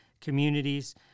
communities